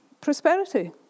prosperity